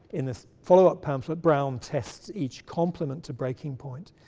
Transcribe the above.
in this follow-up pamphlet, brown tests each complement to breaking point.